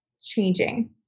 changing